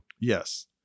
Yes